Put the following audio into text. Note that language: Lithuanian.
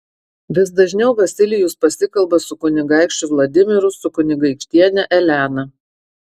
vis dažniau vasilijus pasikalba su kunigaikščiu vladimiru su kunigaikštiene elena